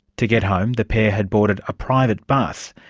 to get home the pair had boarded a private bus,